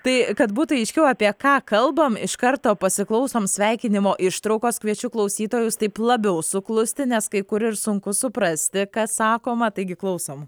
tai kad būtų aiškiau apie ką kalbam iš karto pasiklausom sveikinimo ištraukos kviečiu klausytojus taip labiau suklusti nes kai kur ir sunku suprasti kas sakoma taigi klausom